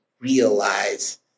realize